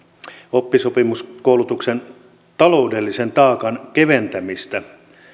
oppisopimuskoulutuksen taloudellisen taakan keventämistä